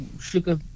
sugar